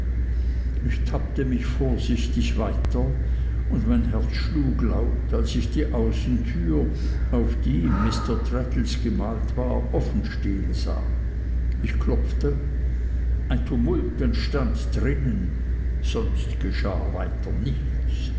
ich tappte mich vorsichtig weiter und mein herz schlug laut als ich die außentür auf die mr traddles gemalt war offen stehen sah ich klopfte ein tumult entstand drinnen sonst geschah weiter nichts